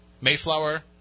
Mayflower